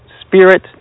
Spirit